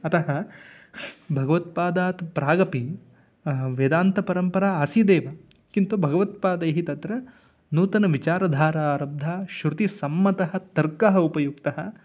अतः भगवत्पादात् प्रागपि वेदान्तपरम्परा आसीदेव किन्तु भगवत्पादैः तत्र नूतनविचारधारा आरब्धा श्रुतिसम्मतः तर्कः उपयुक्तः